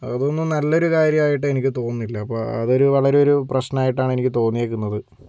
അതൊന്നും നല്ലൊരു കാര്യമായിട്ട് എനിക്ക് തോന്നുന്നില്ല അപ്പം അതൊരു വളരെ ഒരു പ്രശ്നമായിട്ടാണ് എനിക്ക് തോന്നിയേക്കുന്നത്